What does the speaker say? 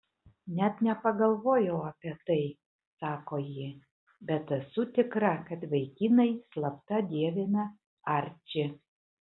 net nepagalvojau apie tai sako ji bet esu tikra kad vaikinai slapta dievina arčį